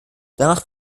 danach